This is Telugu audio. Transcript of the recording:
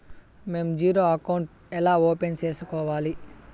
మేము జీరో అకౌంట్ ఎలా ఓపెన్ సేసుకోవాలి